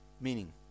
meaning